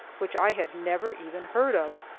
which i had never even heard of,